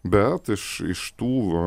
bet iš iš tų